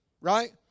right